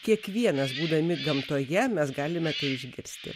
kiekvienas būdami gamtoje mes galime tai išgirsti